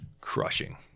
crushing